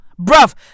Bruv